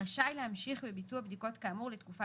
רשאי להמשיך בביצוע בדיקות כאמור לתקופה